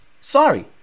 Sorry